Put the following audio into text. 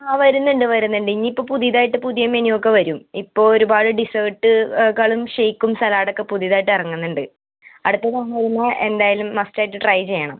ആ വരുന്നുണ്ട് വരുന്നുണ്ട് ഇനി ഇപ്പം പുതിയത് ആയിട്ട് പുതിയ മെനു ഒക്കെ വരും ഇപ്പോൾ ഒരുപാട് ഡിസേട്ട് കളും ഷേക്കും സല്ലാഡും ഓക്കെ പുതിയതായിട്ട് ഇറങ്ങുന്നുണ്ട് അടുത്ത തവണ വരുമ്പോൾ എന്തായാലും മസ്റ്റ് ആയിട്ട് ട്രൈ ചെയ്യണം